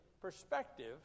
perspective